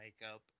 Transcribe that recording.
makeup